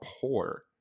poor